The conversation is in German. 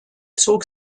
zog